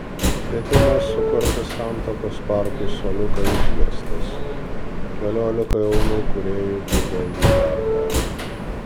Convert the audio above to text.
kvietimas sukurti santakos parkui suoliuką išgirstas keliolika jaunų kūrėjų kibo į darbą